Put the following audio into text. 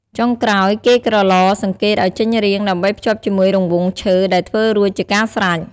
ចុងក្រោយគេក្រឡ សង្កតឲ្យចេញរាង ដើម្បីភ្ជាប់ជាមួយរង្វង់ឈើដែលធ្វើរួចជាការស្រេច។